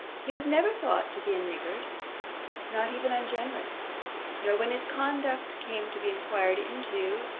he was never thought to be a niggard not even ungenerous nor when his conduct came to be inquired into,